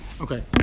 Okay